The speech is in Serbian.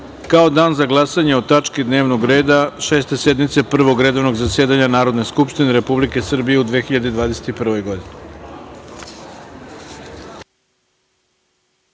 kao dan za glasanje o tački dnevnog reda Šeste sednice Prvog redovnog zasedanja Narodne skupštine Republike Srbije u 2021.